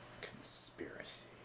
Conspiracy